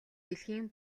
дэлхийн